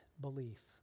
belief